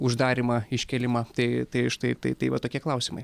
uždarymą iškėlimą tai tai štai tai tai va tokie klausimai